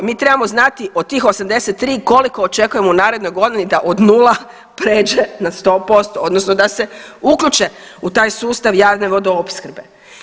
Mi trebamo znati od tih 83 koliko očekujemo u narednoj godini da od nula pređe na 100% odnosno da se uključe u taj sustav javne vodoopskrbe.